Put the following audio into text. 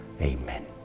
Amen